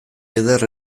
eder